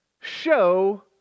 Show